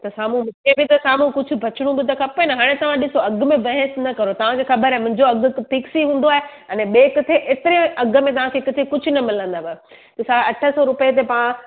त साम्हूं मूंखे बि त साम्हूं कुझु बचिणो बि त खपे न हाणे तव्हां ॾिसो अघु में बहसु न करो तव्हांखे ख़बर आहे मुंहिंजो अघु त फ़िक्स ई हूंदो आहे अने ॿिए किथे एतिरे अघु में तव्हांखे किथे कुझु न मिलंदव त तव्हां अठ सौ रुपए ते पाणि